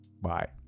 Bye